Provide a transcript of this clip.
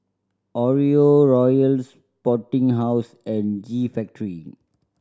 Oreo Royal Sporting House and G Factory